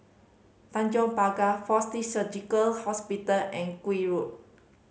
Tanjong Pagar Fortis Surgical Hospital and Gul Road